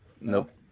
Nope